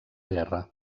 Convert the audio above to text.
guerra